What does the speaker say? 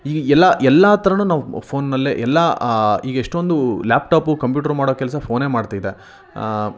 ಈ ಎಲ್ಲ ಎಲ್ಲ ಥರವೂ ನಾವು ಫೋನ್ನಲ್ಲೇ ಎಲ್ಲ ಈಗ ಎಷ್ಟೊಂದು ಲ್ಯಾಪ್ ಟಾಪು ಕಂಪ್ಯೂಟರ್ ಮಾಡೋ ಕೆಲಸ ಫೋನೇ ಮಾಡ್ತಿದೆ